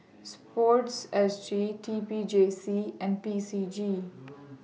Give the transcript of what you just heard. Sports S G T P J C and P C G